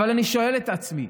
אבל אני שואל את עצמי: